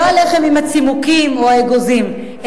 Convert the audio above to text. לא הלחם עם הצימוקים או האגוזים,